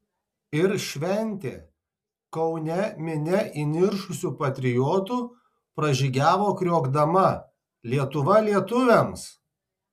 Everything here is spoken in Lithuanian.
ir šventė kaune minia įniršusių patriotų pražygiavo kriokdama lietuva lietuviams